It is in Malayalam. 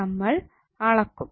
നമ്മൾ അളക്കും